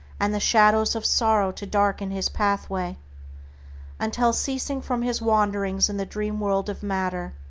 and the shadows of sorrow to darken his pathway until, ceasing from his wanderings in the dream-world of matter,